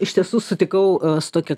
iš tiesų sutikau tokią